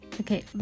Okay